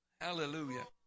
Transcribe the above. hallelujah